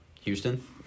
Houston